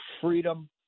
freedom